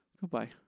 Goodbye